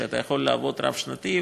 שאתה יכול לעבוד רב-שנתי,